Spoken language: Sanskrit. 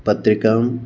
पत्रिकां